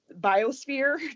biosphere